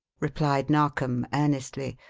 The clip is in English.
replied narkom earnestly.